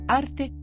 arte